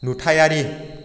नुथायारि